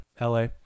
LA